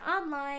online